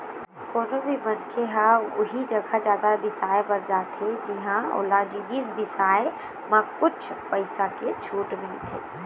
कोनो भी मनखे ह उही जघा जादा बिसाए बर जाथे जिंहा ओला जिनिस बिसाए म कुछ पइसा के छूट मिलथे